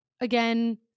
again